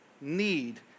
need